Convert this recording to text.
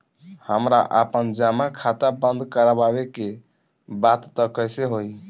हमरा आपन जमा खाता बंद करवावे के बा त कैसे होई?